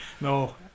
no